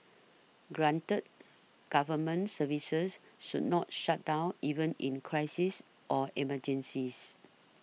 granted government services should not shut down even in crises or emergencies